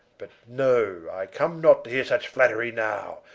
but know i come not to heare such flattery now,